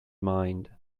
mind